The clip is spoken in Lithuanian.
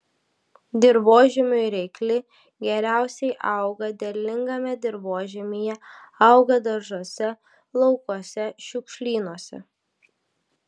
dirvožemiui reikli geriausiai auga derlingame dirvožemyje auga daržuose laukuose šiukšlynuose